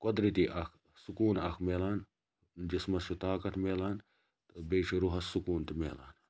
قۄدرَتی اکھ سکوٗن اکھ مِلان جِسمَس چھُ طاقَت مِلان بیٚیہِ چھُ رُحَس سکوٗن تہِ مِلان